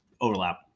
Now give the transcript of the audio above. Overlap